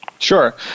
Sure